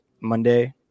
Monday